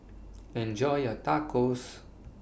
Enjoy your Tacos